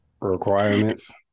requirements